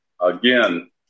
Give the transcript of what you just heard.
Again